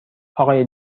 آقای